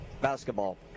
basketball